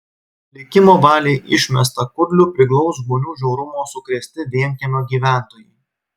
likimo valiai išmestą kudlių priglaus žmonių žiaurumo sukrėsti vienkiemio gyventojai